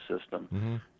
system